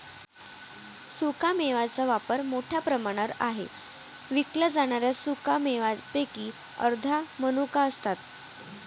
सुक्या मेव्यांचा वापर मोठ्या प्रमाणावर आहे विकल्या जाणाऱ्या सुका मेव्यांपैकी अर्ध्या मनुका असतात